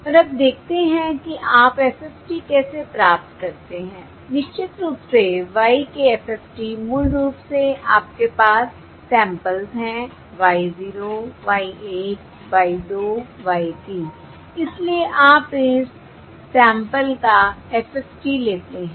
और अब देखते हैं कि आप FFT कैसे प्राप्त करते हैं निश्चित रूप से y के FFT मूल रूप से आपके पास सैंपल्स हैं y 0 y 1 y 2 y 3 इसलिए आप इस सैंपल का FFT लेते हैं